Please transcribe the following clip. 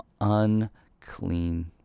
unclean